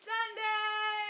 Sunday